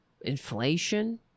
inflation